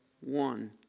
one